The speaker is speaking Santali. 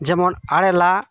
ᱡᱮᱢᱚᱱ ᱟᱲᱮ ᱞᱟᱜ